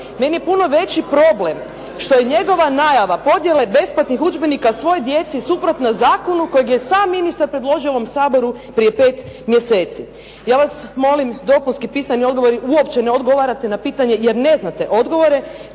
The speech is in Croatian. Meni je puno veći problem što je njegova najava podjele besplatnih udžbenika svoj djeci suprotno zakonu kojeg je sam ministar predložio ovom Saboru prije pet mjeseci. Ja vas molim dopunski pisani odgovor jer uopće ne odgovarate na pitanje jer ne znate odgovore